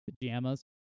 pajamas